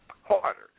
harder